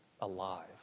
alive